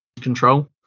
control